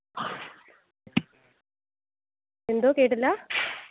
എന്തോ കേട്ടില്ല